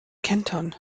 kentern